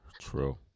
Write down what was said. True